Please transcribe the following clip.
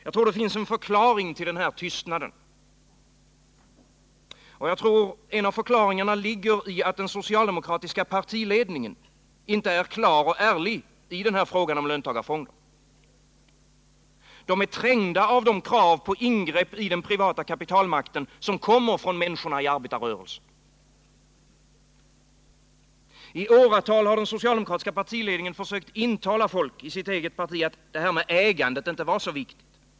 Jag tror det finns en förklaring till denna tystnad. Jag tror en av förklaringarna ligger i att den socialdemokratiska partiledningen inte är klar och ärlig i denna fråga om löntagarfonder. De är förskräckta över de krav på ingrepp i den privata kapitalmakten som kommer från människorna i arbetarrörelsen. I åratal har den socialdemokratiska partiledningen försökt inbilla folk i sitt eget parti att det här med ägandet inte är så viktigt.